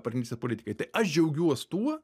partnerystės politikai tai aš džiaugiuos tuo